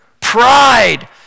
pride